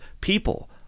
people